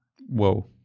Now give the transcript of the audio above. Whoa